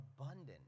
abundant